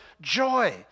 joy